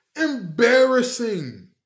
Embarrassing